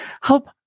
help